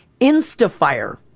Instafire